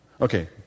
Okay